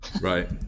Right